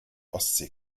ostsee